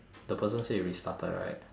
the person say restarted right